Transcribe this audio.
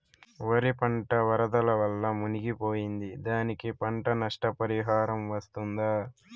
వరి పంట వరదల వల్ల మునిగి పోయింది, దానికి పంట నష్ట పరిహారం వస్తుందా?